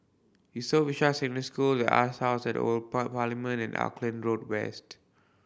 Yusof Ishak Secondary School The Arts House Old Parliament and Auckland Road West